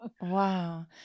Wow